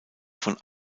von